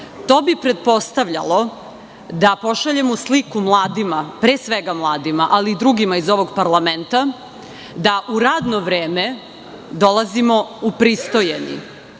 To bi pretpostavljalo da pošaljemo sliku mladima, pre svega mladima, ali i drugima iz ovog parlamenta da u radno vreme dolazimo upristojeni. Zbog